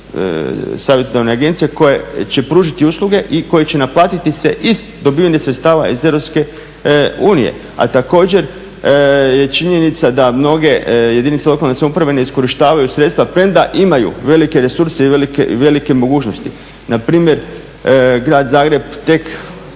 savjetodavne agencije koje će pružiti usluge i koje će naplatiti se iz dobivenih sredstava iz Europske unije. A također je činjenica da mnoge jedinice lokalne samouprave ne iskorištavaju sredstva, premda imaju velike resurse i velike mogućnosti. Npr. Grad Zagreb tek